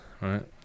right